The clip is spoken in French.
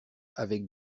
avec